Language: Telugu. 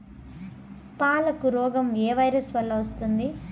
పాలకు రోగం ఏ వైరస్ వల్ల వస్తుంది?